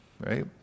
right